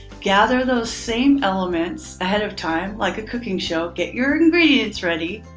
gather those same elements ahead of time, like a cooking show, get your ingredients ready.